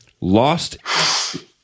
lost